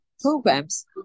programs